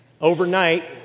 Overnight